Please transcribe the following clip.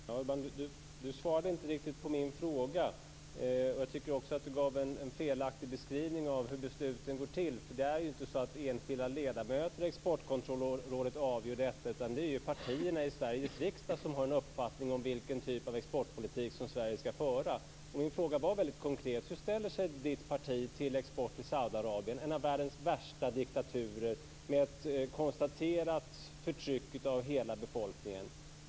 Fru talman! Urban Ahlin svarade inte riktigt på min fråga. Han gav en felaktig beskrivning av hur besluten fattas. Det är inte enskilda ledamöter i Exportkontrollrådet som avgör detta, utan det är partierna i Sveriges riksdag som har en uppfattning om vilken typ av exportpolitik som Sverige skall föra. Saudiarabien, en av världens värsta diktaturer med ett konstaterat förtryck av hela befolkningen?